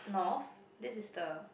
North this is the